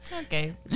Okay